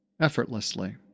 effortlessly